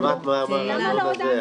שמעת מה אמר האדון הזה?